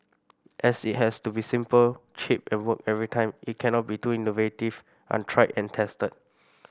as it has to be simple cheap and work every time it cannot be too innovative untried and tested